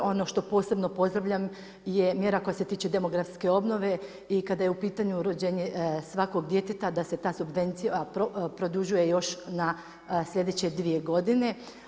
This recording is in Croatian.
Ono što posebno pozdravljam je mjera koja se tiče demografske obnove i kada je u pitanju rođenje svakog djeteta, da se ta subvencija produžuje još na sljedeće dvije godine.